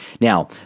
Now